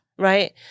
Right